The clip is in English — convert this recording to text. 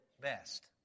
best